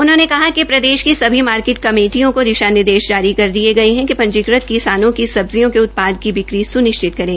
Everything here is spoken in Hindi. उन्होंने कहा कि प्रदेश की सभी मार्किट कमेटियों को दिशानिर्देश जारी कर दिए गए हैं कि पंजीकृत किसानों की सब्जियों के उत्पाद की बिक्री स्निश्चित करें